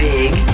Big